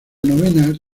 novena